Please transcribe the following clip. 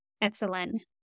excellent